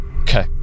Okay